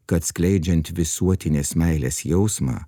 kad skleidžiant visuotinės meilės jausmą